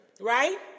right